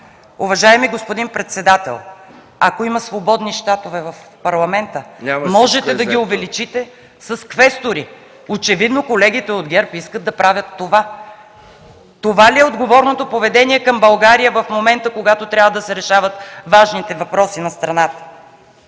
Уважаеми господин председател, ако има свободни щатове в парламента, можете да ги увеличите с квестори. Очевидно колегите от ГЕРБ искат да правят това. Това ли е отговорното поведение към България в момента, когато трябва да се решават важните въпроси на страната?